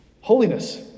Holiness